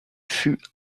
fut